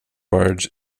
barge